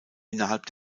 innerhalb